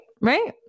Right